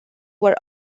were